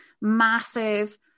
massive